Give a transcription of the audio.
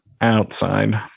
outside